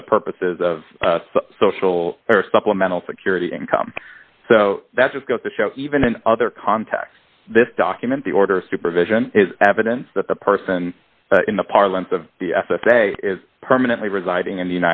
for the purposes of social supplemental security income so that just goes to show even in other contexts this document the order of supervision is evidence that the person in the parlance of the s s a is permanently residing in the